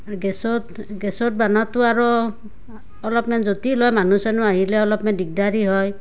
গেছত গেছত বানাওঁটো আৰু অলপমান জটিল লয় মানুহ চানুহ আহিলে অলপমান দিগদাৰি হয়